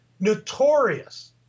notorious